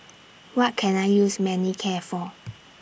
What Can I use Manicare For